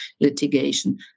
litigation